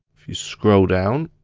if you scroll down.